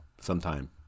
sometime